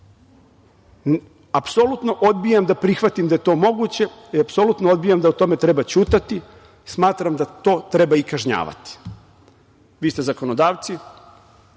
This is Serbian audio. Apsolutno odbijam da prihvatim da je to moguće i apsolutno odbijam da o tome treba ćutati, smatram da to treba i kažnjavati. Vi ste zakonodavci,